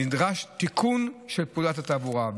נדרש תיקון של פקודת תעבורה.